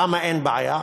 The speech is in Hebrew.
למה אין בעיה?